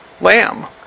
lamb